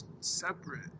separate